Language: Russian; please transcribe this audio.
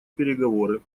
переговоры